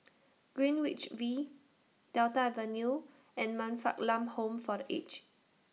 Greenwich V Delta Avenue and Man Fatt Lam Home For The Aged